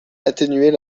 atténuer